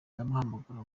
ndamuhamagara